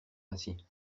ainsi